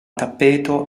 tappeto